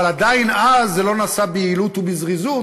אבל עדיין אז זה לא נעשה ביעילות ובזריזות,